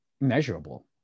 measurable